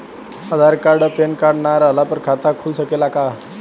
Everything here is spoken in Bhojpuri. आधार कार्ड आ पेन कार्ड ना रहला पर खाता खुल सकेला का?